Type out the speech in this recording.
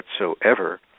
whatsoever